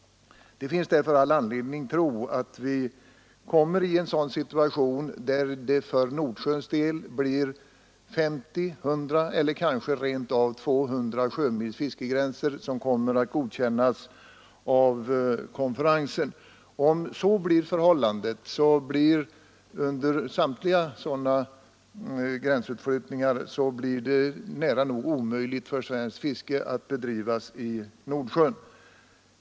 Det finns därför all anledning att tro att en utflyttning av fiskegränserna till 50, 100 eller 200 mil för Nordsjöns del kommer att godkännas av konferensen. Om så blir förhållandet blir det nära nog omöjligt — och detta gäller i alla tre fallen — att bedriva svenskt fiske i Nordsjön.